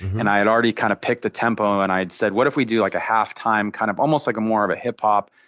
and i had already kind of picked the tempo and i said what if we do like a half time, kind of almost like more of a hip hop,